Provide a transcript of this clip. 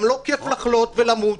גם לא כיף לחלות ולמות.